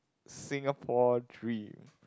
Singapore dream